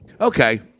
Okay